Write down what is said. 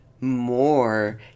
more